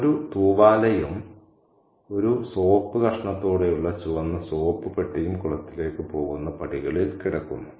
ഒരു തൂവാലയും ഒരു സോപ്പ് കഷണത്തോടെയുള്ള ചുവന്ന സോപ്പ് പെട്ടിയും കുളത്തിലേക്ക് പോകുന്ന പടികളിൽ കിടക്കുന്നു